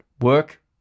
work